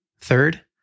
Third